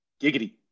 giggity